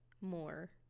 more